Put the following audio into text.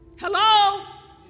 Hello